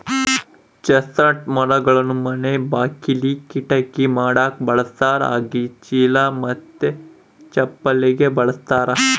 chestnut ಮರಗಳನ್ನ ಮನೆ ಬಾಕಿಲಿ, ಕಿಟಕಿ ಮಾಡಕ ಬಳಸ್ತಾರ ಹಾಗೆಯೇ ಚೀಲ ಮತ್ತೆ ಚಪ್ಪಲಿಗೆ ಬಳಸ್ತಾರ